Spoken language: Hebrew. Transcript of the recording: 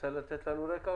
רוצה לתת לנו רקע?